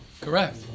Correct